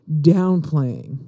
downplaying